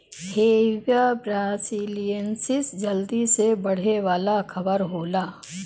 Hevea brasiliensis जल्दी से बढ़े वाला रबर होला